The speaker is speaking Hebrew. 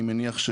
אני מניח,